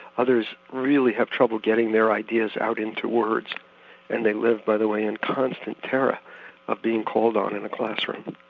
others really have trouble getting their ideas out into words and they live, by the way, in constant terror of being called on in a classroom.